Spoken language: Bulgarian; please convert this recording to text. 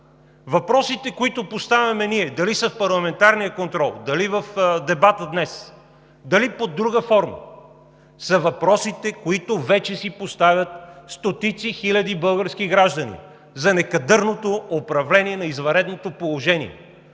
Въпросите, които поставяме ние – дали са в парламентарния контрол, дали в дебата днес, дали под друга форма, са въпросите, които вече си поставят стотици хиляди български граждани – за некадърното управление на извънредното положение;